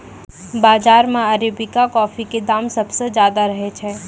बाजार मॅ arabica coffee के दाम सबसॅ ज्यादा रहै छै